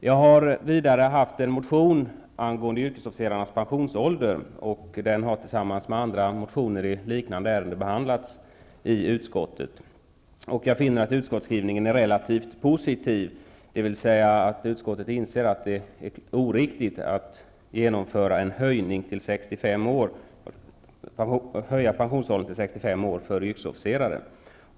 Jag har vidare väckt en motion angående yrkesofficerarnas pensionsålder, och den har tillsammans med andra motioner i liknande ärenden behandlats i utskottet. Jag finner att utskottsskrivningen är relativt positiv, dvs. att utskottet inser att det är oriktigt att genomföra en höjning av pensionsåldern till 65 år för yrkesofficerare.